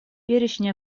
перечень